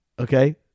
Okay